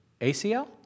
ACL